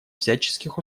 всяческих